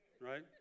right